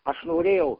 aš norėjau